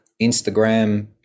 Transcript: Instagram